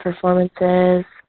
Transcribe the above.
performances